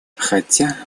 хотя